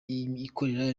ikorera